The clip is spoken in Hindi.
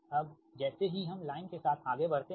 अब जैसे ही हम लाइन के साथ आगे बढ़ते हैं